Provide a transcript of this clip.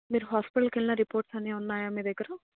మీరు హాస్పిటల్కి వెళ్ళిన రిపోర్ట్స్ అన్నీ ఉన్నాయా మీ దగ్గర